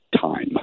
time